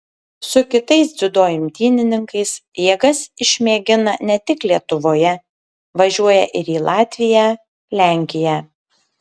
su kitais dziudo imtynininkais jėgas išmėgina ne tik lietuvoje važiuoja ir į latviją lenkiją